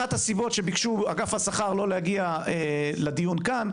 אחת הסיבות שאגף השכר ביקשו לאל הגיע לדיון כאן,